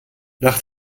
nach